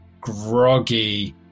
groggy